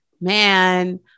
man